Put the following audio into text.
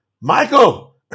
Michael